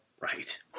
right